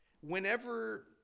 whenever